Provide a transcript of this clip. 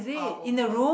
all over